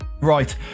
Right